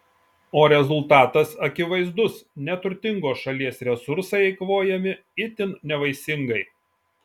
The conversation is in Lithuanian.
o rezultatas akivaizdus neturtingos šalies resursai eikvojami itin nevaisingai